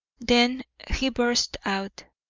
then he burst out